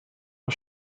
for